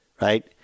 Right